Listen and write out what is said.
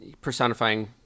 personifying